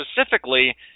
specifically